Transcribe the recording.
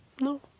no